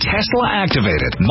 Tesla-activated